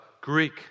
Greek